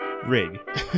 rig